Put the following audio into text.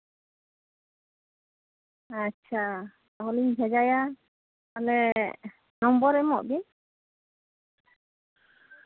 ᱟᱪᱪᱷᱟ ᱛᱟᱦᱚᱞᱮᱧ ᱵᱷᱮᱡᱟᱭᱟ ᱛᱟᱦᱞᱮ ᱱᱚᱢᱵᱚᱨ ᱮᱢᱚᱜ ᱵᱤᱱ